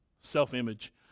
self-image